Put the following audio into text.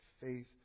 faith